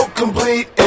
complete